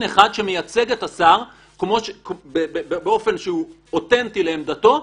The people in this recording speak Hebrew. אחד שמייצג את השר באופן שהוא אותנטי לעמדתו.